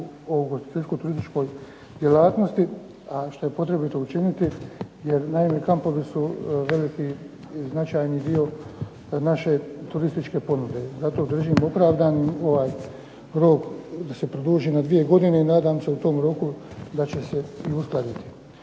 o ugostiteljsko-turističkoj djelatnosti, a što je potrebito učiniti jer naime kampovi su veliki i značajni dio naše turističke ponude. Zato držim opravdanim ovaj rok da se produži na 2 godine i nadam se u tom roku da će se i uskladiti.